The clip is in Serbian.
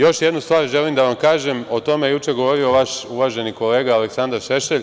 Još jednu stvar želim da vam kažem, o tome je juče govorio vaš uvaženi kolega Aleksandar Šešelj